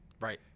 Right